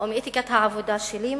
מאתיקת העבודה שלי,